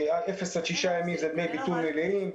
0 6 ימים זה דמי ביטול מלאים.